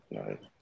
Right